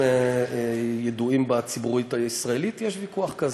ממציאים ויכוח כזה.